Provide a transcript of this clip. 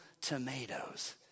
tomatoes